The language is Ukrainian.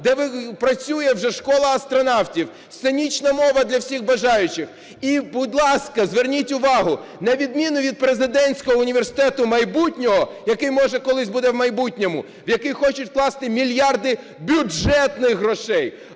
де працює вже "школа астронавтів", сценічна мова для всіх бажаючих. І, будь ласка, зверніть увагу, на відміну від президентського університету майбутнього, який, може, колись буде в майбутньому, в який хочуть вкласти мільярди бюджетних грошей,